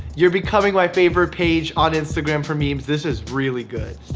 you're becoming my favorite page on instagram for memes, this is really good.